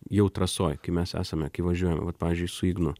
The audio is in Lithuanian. jau trasoj kai mes esame kai važiuojam vat pavyzdžiui su ignu